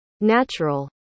Natural